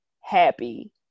happy